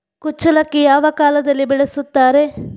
ಕುಚ್ಚಲಕ್ಕಿ ಯಾವ ಕಾಲದಲ್ಲಿ ಬೆಳೆಸುತ್ತಾರೆ?